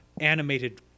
animated